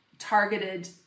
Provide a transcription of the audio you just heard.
targeted